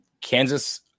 Kansas